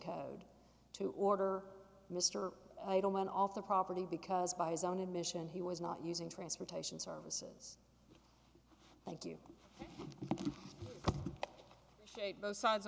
code to order mr adelman off the property because by his own admission he was not using transportation services thank you both sides